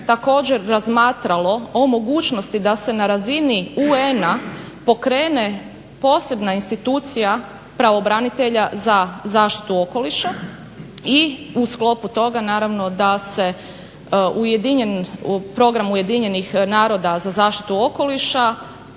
također razmatralo o mogućnosti da se na razini UN-a pokrene posebna institucija pravobranitelja za zaštitu okoliša i u sklopu toga naravno da se program UN-a za zaštitu okoliša